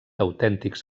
autèntics